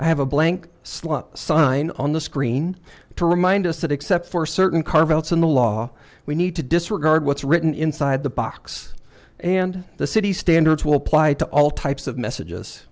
i have a blank slot sign on the screen to remind us that except for certain carve outs in the law we need to disregard what's written inside the box and the city standards will ply to all types of messages